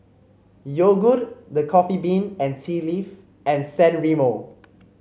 Yogood The Coffee Bean and Tea Leaf and San Remo